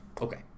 Okay